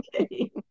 okay